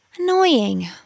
Annoying